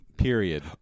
Period